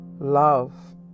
Love